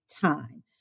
time